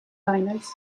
liners